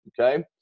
okay